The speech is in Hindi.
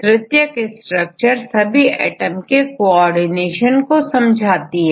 तृतीयक संरचना सभी एटम के कोऑर्डिनेशन को समझाती है